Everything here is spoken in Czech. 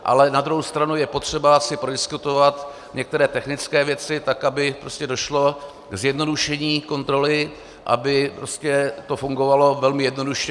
Ale na druhou stranu je potřeba si prodiskutovat některé technické věci, tak aby došlo k zjednodušení kontroly, aby to fungovalo velmi jednoduše.